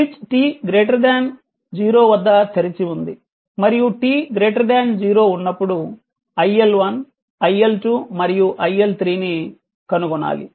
switch t 0 వద్ద తెరిచి ఉంది మరియు t 0 ఉన్నప్పుడు iL1 iL2 మరియు i3 ని కనుగొనాలి